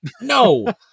no